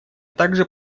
также